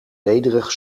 nederig